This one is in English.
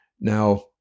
Now